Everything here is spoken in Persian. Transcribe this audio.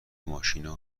ماشینا